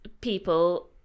people